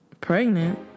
Pregnant